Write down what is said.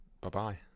Bye-bye